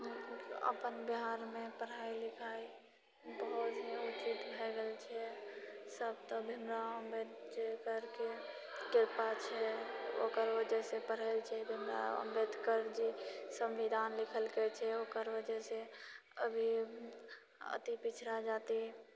अपन बिहारमे पढ़ाइ लिखाइ बहुत ही उचित भए गेल छै सभ तऽ भीम राव अम्बेदकर जी करके कृपा छै ओकर वजहसँ पढ़ल छै हमरा अम्बेदकर जी सम्विधान लिखलकै छै ओकर वजहसँ अभी अति पिछड़ा जाति